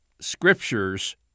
scriptures